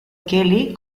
kelly